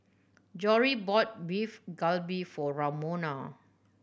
Jory bought Beef Galbi for Romona